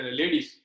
ladies